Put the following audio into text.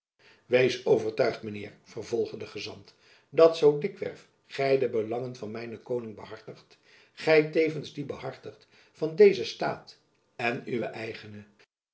wees overtuigd mijn heer vervolgde de gezant dat zoo dikwerf gy de belangen van mijnen koning behartigt gy tevens die behartigt van dezen staat en uwe